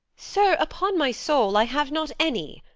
sir, upon my soul, i have not any.